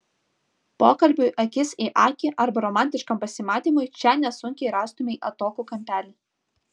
pokalbiui akis į akį arba romantiškam pasimatymui čia nesunkiai rastumei atokų kampelį